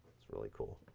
that's really cool.